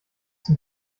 zum